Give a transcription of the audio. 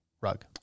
rug